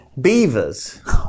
Beavers